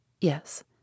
Yes